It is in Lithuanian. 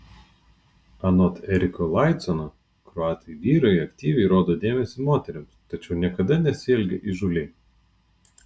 anot eriko laicono kroatai vyrai aktyviai rodo dėmesį moterims tačiau niekada nesielgia įžūliai